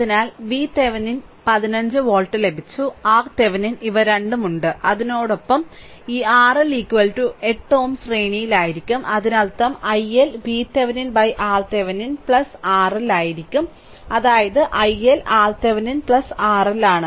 അതിനാൽ VThevenin 15 volt ലഭിച്ചു RThevenin ഇവ രണ്ടും ഉണ്ട് അതിനൊപ്പം ഈ RL 8Ω ശ്രേണിയിലായിരിക്കും അതിനർത്ഥം i L VThevenin RThevenin RL ആയിരിക്കും അതായത് i L RThevenin RL